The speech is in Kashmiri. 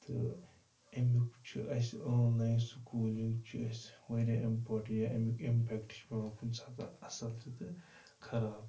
تہٕ اَمیُک چھُ اَسہِ آن لایِن سکوٗلِنٛگ چھُ اَسہِ واریاہ اِمپاٹہٕ یا اَمیُک اِمپٮ۪کٹ چھِ پٮ۪وان کُنہِ ساتَن اَصٕل تہِ تہٕ خراب تہِ